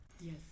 Yes